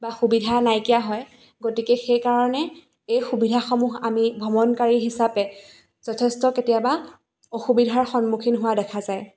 বা সুবিধা নাইকীয়া হয় গতিকে সেইকাৰণে এই সুবিধাসমূহ আমি ভ্ৰমণকাৰী হিচাপে যথেষ্ট কেতিয়াবা অসুবিধাৰ সন্মুখীন হোৱা দেখা যায়